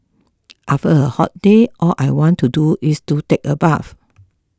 after a hot day all I want to do is to take a bath